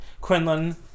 Quinlan